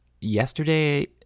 yesterday